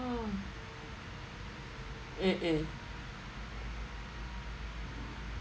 !wow! uh uh